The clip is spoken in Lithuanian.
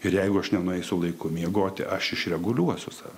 ir jeigu aš nenueisiu laiku miegoti aš iš reguliuos save